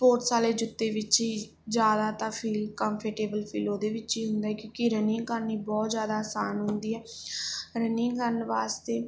sports ਵਾਲੇ ਜੁੱਤੇ ਵਿੱਚ ਹੀ ਜ਼ਿਆਦਾ ਤਾਂ ਫੀਲ ਕੰਫਰਟੇਬਲ ਫੀਲ ਉਹਦੇ ਵਿੱਚ ਹੀ ਹੁੰਦਾ ਕਿਉਂਕਿ ਰਨਿੰਗ ਕਰਨੀ ਬਹੁਤ ਜ਼ਿਆਦਾ ਆਸਾਨ ਹੁੰਦੀ ਹੈ ਰਨਿੰਗ ਕਰਨ ਵਾਸਤੇ